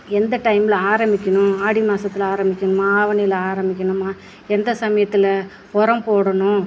எந்த டைமில் ஆரம்பிக்கணும் ஆடி மாசத்தில் ஆரம்பிக்கணுமா ஆவணியில் ஆரம்பிக்கணுமா எந்த சமயத்தில் உரம் போடணும்